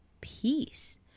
peace